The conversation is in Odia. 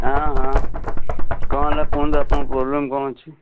ହଁ ହଁ କ'ଣ ହେଲା କୁହନ୍ତୁ ଆପଣଙ୍କ ପ୍ରୋବ୍ଲେମ୍ କ'ଣ ଅଛି